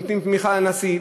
נותנים תמיכה לנשיא,